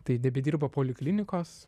tai nebedirba poliklinikos